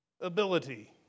ability